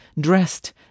dressed